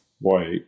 white